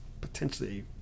potentially